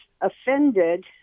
offended